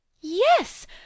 Yes